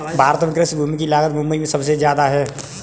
भारत में कृषि भूमि की लागत मुबई में सुबसे जादा है